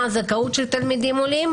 מה הזכאות של תלמידים עולים,